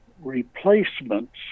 replacements